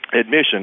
admission